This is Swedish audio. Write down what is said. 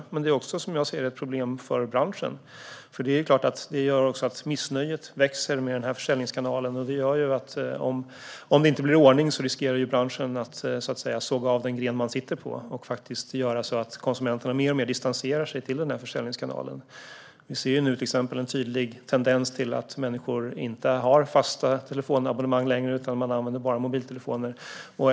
Men det är också, som jag ser det, ett problem för branschen. Missnöjet med den här försäljningskanalen växer, och om det inte blir ordning på detta riskerar branschen att så att säga såga av den gren man sitter på och göra så att konsumenterna mer och mer distanserar sig från denna försäljningskanal. Vi ser nu till exempel en tydlig tendens till att människor inte längre har fasta telefonabonnemang utan bara använder mobiltelefoner.